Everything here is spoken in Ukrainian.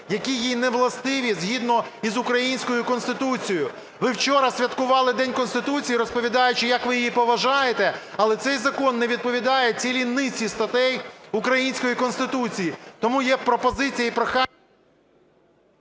які їй не властиві згідно з українською Конституцією. Ви вчора святкували День Конституції, розповідаючи, як ви її поважаєте, але цей закон не відповідає цілій низці статей української Конституції. Тому є пропозиція і прохання...